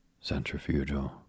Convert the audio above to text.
Centrifugal